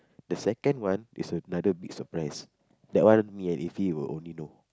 the second one is another big surprise that one me and Iffy will only know